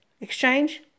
exchange